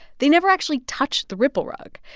they never actually touch the ripple rug.